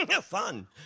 fun